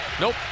nope